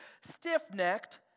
stiff-necked